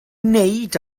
wneud